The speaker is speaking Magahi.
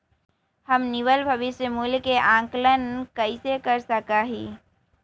हम निवल भविष्य मूल्य के आंकलन कैसे कर सका ही?